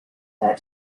that